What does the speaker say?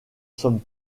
sommes